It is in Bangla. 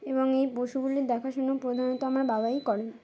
এবং এই পশুগুলির দেখাশুনা প্রধানত আমার বাবাই করেন